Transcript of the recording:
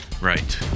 Right